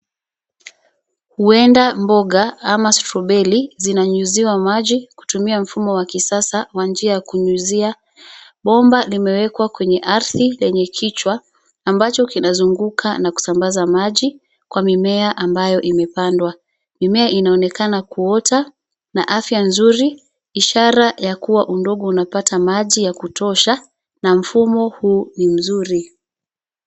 Huenda mboga ama stroberi, zinanyunyiziwa maji kutumia mfumo wa kisasa wa njia ya kunyunyizia. Bomba limewekwa kwenye ardhi lenye kichwa ambacho kinazunguka na kusambaza maji kwa mimea ambayo imepandwa. Mimea inaonekana kuota na afya nzuri, ishara ya kuwa udongo unapata maji ya kutosha na mfumo huu ni nzuri.